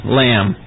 lamb